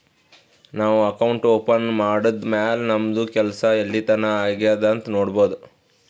ನಾವು account open ಮಾಡದ್ದ್ ಮ್ಯಾಲ್ ನಮ್ದು ಕೆಲ್ಸಾ ಎಲ್ಲಿತನಾ ಆಗ್ಯಾದ್ ಅಂತ್ ನೊಡ್ಬೋದ್